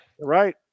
Right